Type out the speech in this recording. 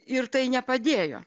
ir tai nepadėjo